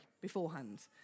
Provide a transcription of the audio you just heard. beforehand